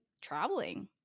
traveling